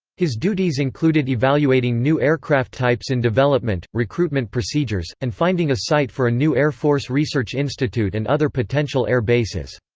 his duties included evaluating new aircraft types in development, recruitment procedures, and finding a site for a new air force research institute and other potential air bases.